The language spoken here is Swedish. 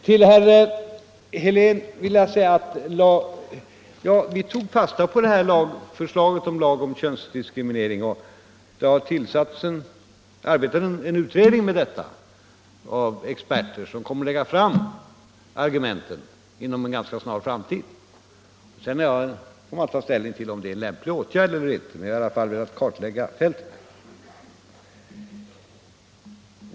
Till herr Helén vill jag säga att vi tog fasta på det här förslaget om lag mot könsdiskriminering, och en utredning av experter arbetar med detta och kommer att lägga fram argumenten inom en ganska snar framtid. Sedan får man ta ställning till om det är en lämplig åtgärd eller inte, men jag har i alla fall velat kartlägga fältet.